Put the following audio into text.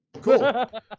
Cool